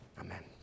Amen